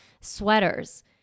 sweaters